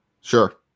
Sure